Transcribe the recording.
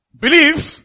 believe